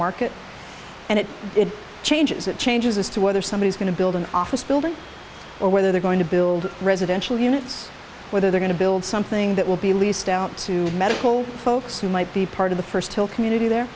market and it changes it changes as to whether somebody's going to build an office building or whether they're going to build residential units whether they're going to build something that will be leased out to medical folks who might be part of the first hill community there